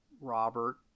Robert